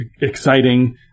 exciting